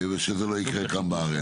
ושזה לא יקרה גם בארץ.